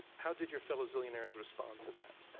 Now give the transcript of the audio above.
how did your fellow zillionaires respond to that?